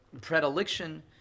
predilection